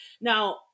Now